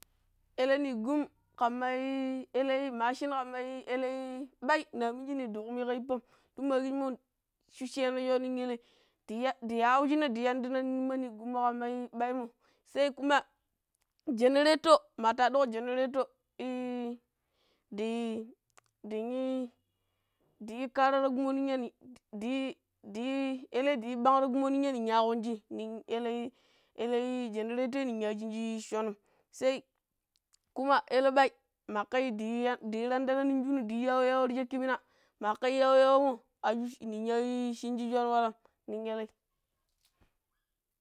eleh nigum kammai eleh machine kamai eleh ɓai na minji na da kumi ka yippam don ma kijimo shusheno shoo nin eleh di diyuwi shina di yandina nima nigam mo kama bai mo, sai kuma jenerato ma taddigo ii dii dinii di yi kara ta kumo nin ya "di-di" di eleh diyi bang ta kumoh nonyi ninya kunji nin eleh, eli jeneratoi ninya u chuji chonom sai ku ma eleh bai makuyi ya diya tantan non shunu diyi yawo yawo ri shacki mina makar ya yawo yawo mo shuci niya a shinji chonwallam nin ele.